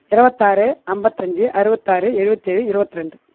இருவத்தாறு ஐம்பத்தஞ்சு அறுபத்தாறு எழுவத்தேழு இருவத்து ரெண்டு